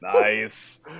Nice